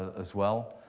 as well.